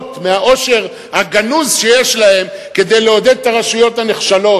מהעושר הגנוז שיש להם כדי לעודד את הרשויות הנחשלות,